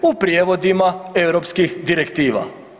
U prijevodima Europskih direktiva.